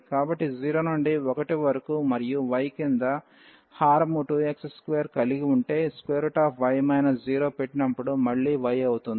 కాబట్టి 0 నుండి 1 వరకు మరియు y కింద హారము 2x2 కలిగివుంటే y 0 పెట్టినప్పుడు మళ్లీ y అవుతుంది